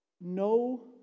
no